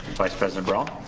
vice president brown.